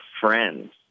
friends